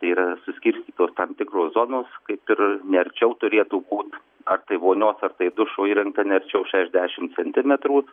tai yra suskirstytos tam tikros zonos kaip ir ne arčiau turėtų būt ar tai vonios ar tai dušo įrengta ne arčiau šešiasdešimt centimetrų